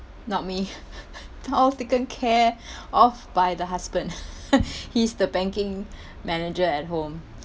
not me they're all taken care of by the husband he's the banking manager at home